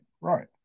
right